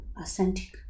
authentic